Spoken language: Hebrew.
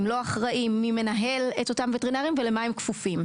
או לא אחראים לגבי מי מנהל את אותם וטרינרים ולמה הם כפופים.